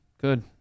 good